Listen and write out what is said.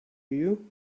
you